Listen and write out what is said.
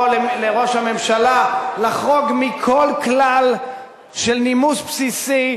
לראש הממשלה לחרוג מכל כלל של נימוס בסיסי.